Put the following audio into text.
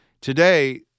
Today